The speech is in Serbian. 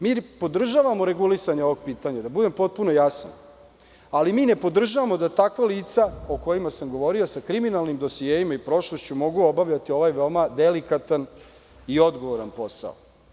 Mi podržavamo regulisanje ovog pitanja, da budem potpuno jasan, ali mi ne podržavamo da takva lica, o kojima sam govorio, sa kriminalnim dosijeima i prošlošću, mogu obavljati ovaj veoma delikatan i odgovoran posao.